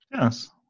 Yes